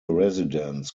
residents